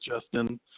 Justin